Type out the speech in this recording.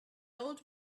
old